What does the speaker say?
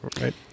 right